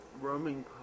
Roaming